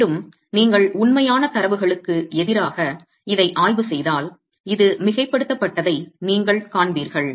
மீண்டும் நீங்கள் உண்மையான தரவுகளுக்கு எதிராக இதை ஆய்வு செய்தால் இது மிகைப்படுத்தப்பட்டதை நீங்கள் காண்பீர்கள்